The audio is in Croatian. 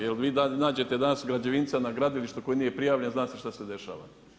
Jer vi da nađete danas građevinca na gradilištu koji nije prijavljen, zna se šta se dešava.